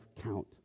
count